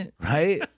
Right